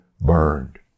burned